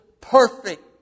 Perfect